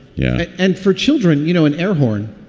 yeah. and for children, you know, an air horn.